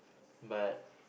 but